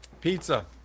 Pizza